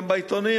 גם בעיתונים,